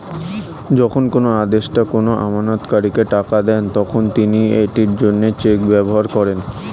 যখন কোনো আদেষ্টা কোনো আমানতকারীকে টাকা দেন, তখন তিনি এটির জন্য চেক ব্যবহার করেন